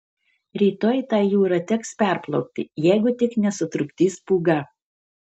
rytoj tą jūrą teks perplaukti jeigu tik nesutrukdys pūga